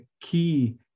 key